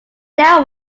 that